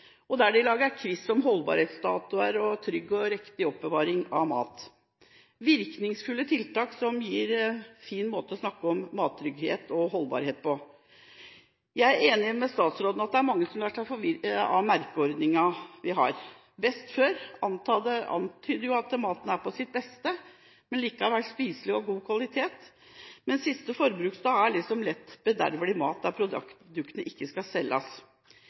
og der de lager quiz om holdbarhetsdatoer, trygg og riktig oppbevaring av mat – virkningsfulle tiltak som gir en fin måte å snakke om mattrygghet og holdbarhet på. Jeg er enig med statsråden i at det er mange som lar seg forvirre av merkeordningen vi har. «Best før» antyder jo at maten er på sitt beste, men likevel spiselig og av god kvalitet, mens «siste forbruksdag» liksom er lett bedervelig mat, der datoen tilsier at produktene ikke skal selges.